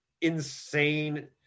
insane